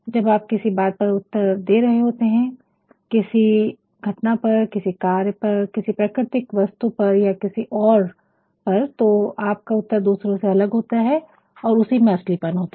जब आप किसी बात पर उत्तर दे रहे होते हैं किसी घटना पर किसी कार्य पर किसी प्राकृतिक वस्तु पर या किसी और पर तो आपका उत्तर दूसरों से अलग होता है और उसी में असलीपन होता है